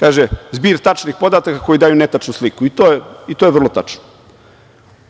Kaže – zbir tačnih podataka koji daju netačnu sliku, i to je vrlo